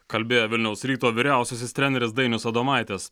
kalbėjo vilniaus ryto vyriausiasis treneris dainius adomaitis